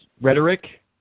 Rhetoric